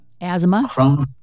asthma